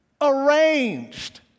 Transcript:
arranged